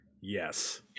Yes